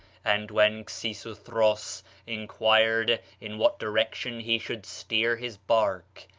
and when xisuthros inquired in what direction he should steer his bark,